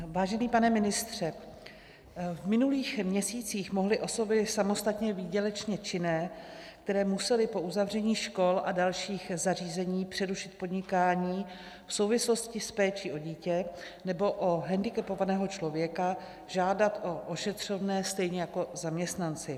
Vážený pane ministře, v minulých měsících mohly osoby samostatně výdělečně činné, které musely po uzavření škol a dalších zařízení přerušit podnikání v souvislosti s péčí o dítě nebo o hendikepovaného člověka, žádat o ošetřovné stejně jako zaměstnanci.